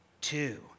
two